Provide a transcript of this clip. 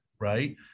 right